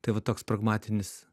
tai va toks pragmatinis